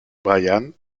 bryan